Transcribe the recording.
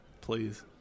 Please